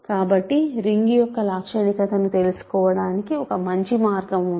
కాబట్టి రింగ్ యొక్క లాక్షణికత ను తెలుసుకోవటానికి ఒక మంచి మార్గం ఉంది